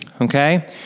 okay